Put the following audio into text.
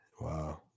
Wow